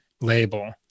label